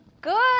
Good